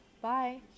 Bye